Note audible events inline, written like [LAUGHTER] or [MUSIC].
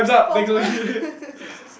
four [LAUGHS]